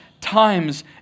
times